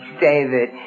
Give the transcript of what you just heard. david